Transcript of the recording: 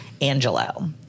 Angelo